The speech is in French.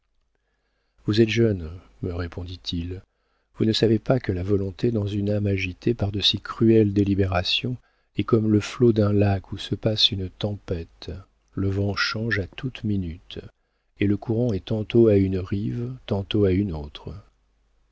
vous êtes jeune me répondit-il vous ne savez pas que la volonté dans une âme agitée par de si cruelles délibérations est comme le flot d'un lac où se passe une tempête le vent change à toute minute et le courant est tantôt à une rive tantôt à une autre